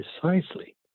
precisely